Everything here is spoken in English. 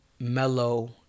mellow